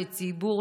כציבור,